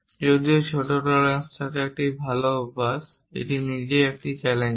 যদিও ছোট টলারেন্স থাকা একটি ভাল অভ্যাস এটি নিজেই চ্যালেঞ্জিং